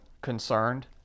concerned